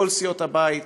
מכל סיעות הבית,